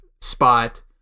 spot